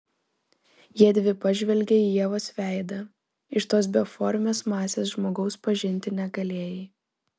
jiedvi pažvelgė į ievos veidą iš tos beformės masės žmogaus pažinti negalėjai